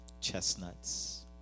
chestnuts